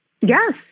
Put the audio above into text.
Yes